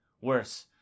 Worse